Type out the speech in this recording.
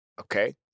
okay